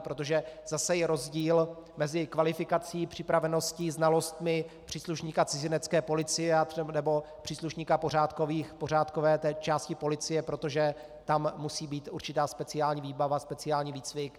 Protože zase je rozdíl mezi kvalifikací, připraveností, znalostmi příslušníka Cizinecké policie nebo příslušníka pořádkové části policie, protože tam musí být určitá speciální výbava, speciální výcvik.